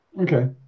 Okay